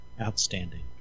Outstanding